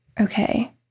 Okay